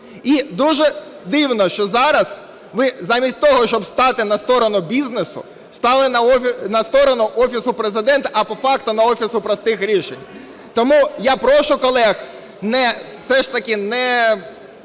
І дуже дивно, що зараз ви замість того, щоб стати на сторону бізнесу, стали на сторону Офісу Президента, а по факту – Офісу простих рішень. Тому я прошу колег все ж таки не